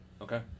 Okay